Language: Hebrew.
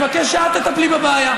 מבקש שאת תטפלי בבעיה.